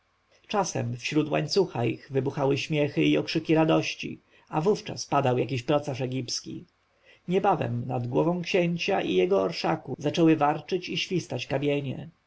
czasami wśród łańcucha ich wybuchały śmiechy i okrzyki radości a wówczas padał jakiś procarz egipski niebawem nad głową księcia i jego orszaku zaczęły warczeć i świstać kamienie